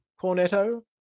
Cornetto